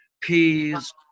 peas